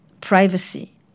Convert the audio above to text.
privacy